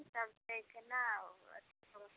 ई सब छै केना आउ अथी